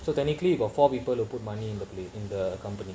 so technically you got for people to put money in the play in the company